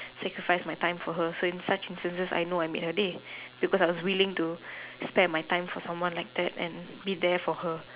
sacrifice my time for her so in such instances I know I made her day because I was willing to spare my time for someone like that and be there for her